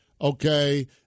Okay